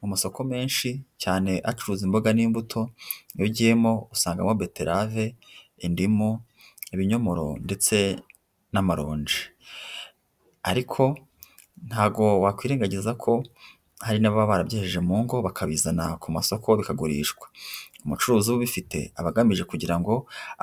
Mu masoko menshi cyane acuruza imboga n'imbuto, iyo ugiyemo usangamo betarave, indimu, ibinyomoro ndetse n'amaronji. Ariko ntabwo wakwirengagiza ko hari n'ababa barabyejeje mu ngo bakabizana ku masoko bikagurishwa. Umucuruzi uba ubifite aba agamije kugira ngo